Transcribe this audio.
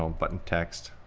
um button text.